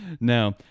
No